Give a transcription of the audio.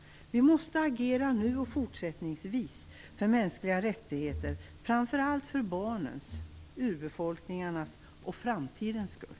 Vi måste agera nu och fortsättningsvis för mänskliga rättigheter, framför allt för barnens, urbefolkningarnas och framtidens skull.